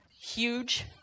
huge